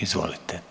Izvolite.